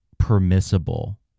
Permissible